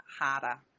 harder